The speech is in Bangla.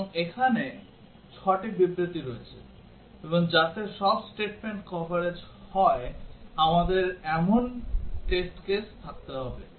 এবং এখানে 6 টি বিবৃতি আছে এবং যাতে সব statement কভারেজ হয় আমাদের এমন টেস্ট কেস থাকতে হবে